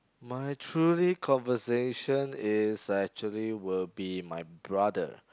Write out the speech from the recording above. my truly conversation is actually will be my brother